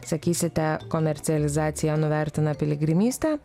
sakysite komercializacija nuvertina piligrimystę